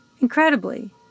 Incredibly